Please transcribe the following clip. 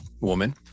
woman